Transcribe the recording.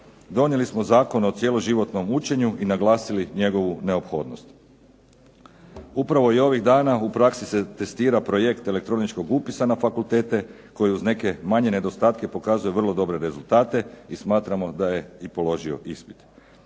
donijeli smo Zakon o cjeloživotnom učenju i naglasili njegovu neophodnost. Upravo i ovih dana u praksi se testira projekt elektroničkog upisa na fakultete koji uz neke manje nedostatke pokaze vrlo dobre rezultate i smatramo da je i položio ispit.